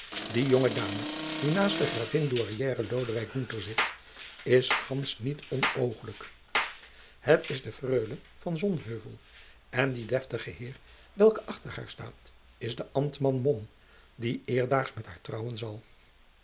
die jonge dame die naast de gravin douairière lodewijk gunther zit is gands niet onooglijk het is de freule van sonheuvel en die deftige heer welke achter haar staat is de ambtman mom die eerstdaags met haar trouwen zal